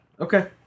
Okay